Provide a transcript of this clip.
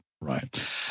Right